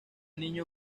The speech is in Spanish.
niño